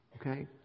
okay